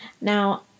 Now